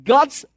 God's